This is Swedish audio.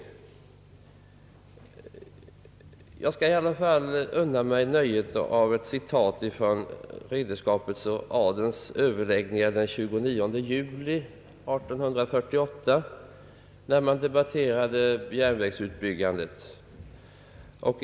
Jag skall unna mig nöjet av ett citat från ridderskapets och adelns överläggningar den 29 juli 1848, där man diskuterade järnvägsbyggandet.